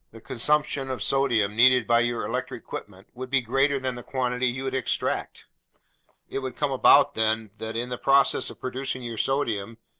the consumption of sodium needed by your electric equipment would be greater than the quantity you'd extract it would come about, then, that in the process of producing your sodium,